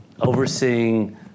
overseeing